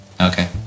Okay